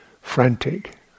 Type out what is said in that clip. frantic